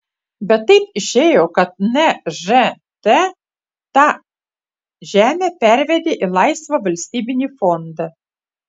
bet taip išėjo kad nžt tą žemę pervedė į laisvą valstybinį fondą